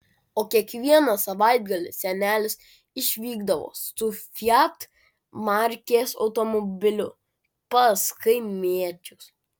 o kiekvieną savaitgalį senelis išvykdavo su fiat markės automobiliu pas kaimiečius